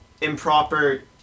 improper